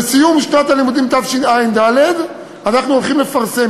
ובסיום שנת הלימודים תשע"ד אנחנו הולכים לפרסם.